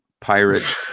pirate